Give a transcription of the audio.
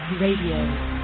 Radio